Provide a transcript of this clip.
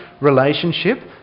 relationship